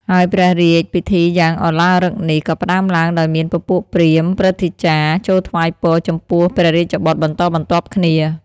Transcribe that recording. ហើយព្រះរាជពិធីយ៉ាងឧឡារិកនេះ ក៏ផ្តើមឡើងដោយមានពពួកព្រាហ្មណ៍ ព្រឹទ្ធាចារ្យ ចូលថ្វាយពរចំពោះព្រះរាជបុត្របន្តបន្ទាប់គ្នា ។